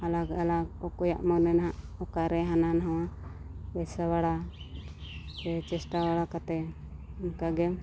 ᱟᱞᱟᱜᱽ ᱟᱞᱟᱜᱽ ᱚᱠᱚᱭᱟᱜ ᱢᱟᱱᱮ ᱱᱟᱦᱟᱜ ᱚᱠᱟᱨᱮ ᱦᱟᱱᱟ ᱱᱷᱟᱣᱟ ᱵᱮᱵᱽᱥᱟ ᱵᱟᱲᱟ ᱥᱮ ᱪᱮᱥᱴᱟ ᱵᱟᱲᱟ ᱠᱟᱛᱮ ᱚᱱᱠᱟᱜᱮ